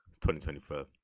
2024